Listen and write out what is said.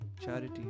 charity